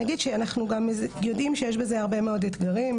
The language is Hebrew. נגיד שאנחנו גם יודעים שיש בזה הרבה מאוד אתגרים.